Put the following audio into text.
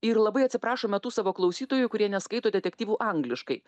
ir labai atsiprašome tų savo klausytojų kurie neskaito detektyvų angliškai